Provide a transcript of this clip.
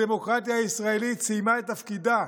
הדמוקרטיה הישראלית סיימה את תפקידה,